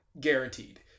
guaranteed